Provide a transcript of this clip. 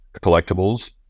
collectibles